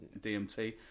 DMT